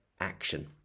action